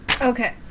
Okay